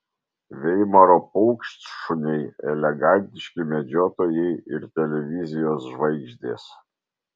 veimaro paukštšuniai elegantiški medžiotojai ir televizijos žvaigždės